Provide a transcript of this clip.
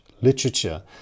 literature